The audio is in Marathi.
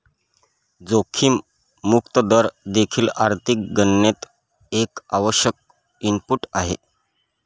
जोखीम मुक्त दर देखील आर्थिक गणनेत एक आवश्यक इनपुट आहे